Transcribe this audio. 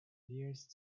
nearest